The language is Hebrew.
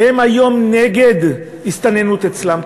הן היום נגד הסתננות אצלן,